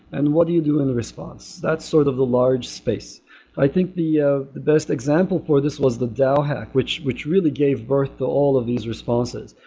and what do you do in response? that's sort of a large space i think the ah the best example for this was the dao hack, which which really gave birth to all of these responses.